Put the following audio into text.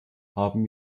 haben